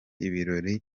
ibirori